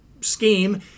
scheme